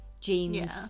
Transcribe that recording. jeans